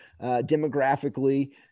demographically